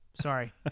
Sorry